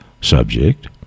subject